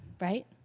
right